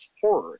horror